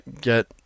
get